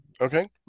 Okay